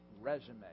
resume